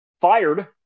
fired